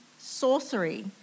sorcery